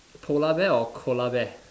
polar bear or koala bear